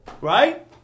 right